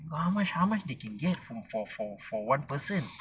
how much how much they can get for for for for one person